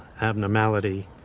abnormality